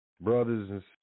brothers